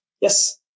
Yes